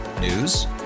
News